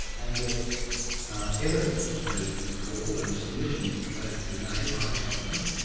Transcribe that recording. and that evidence proposed to be called and submissions proposed to be made by the government,